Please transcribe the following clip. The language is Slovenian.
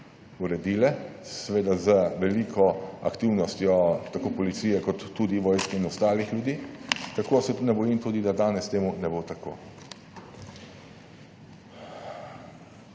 uredile, seveda z veliko aktivnostjo tako policije kot tudi vojske in ostalih ljudi. Tako se tudi ne bojim, da danes to ne bo tako.